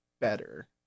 better